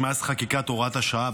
מאז חקיקת הוראת השעה,